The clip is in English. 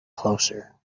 closer